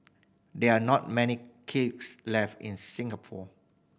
there are not many kicks left in Singapore